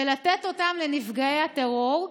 ולתת אותם לנפגעי הטרור,